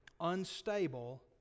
unstable